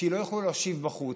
כי לא יוכלו להושיב בחוץ.